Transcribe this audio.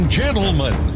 gentlemen